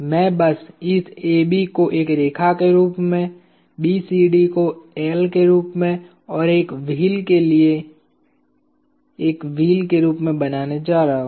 मैं बस इस AB को एक रेखा के रूप में BCD को L के रूप में और एक चक्र के लिए एक व्हील के रूप में बनाने जा रहा हूँ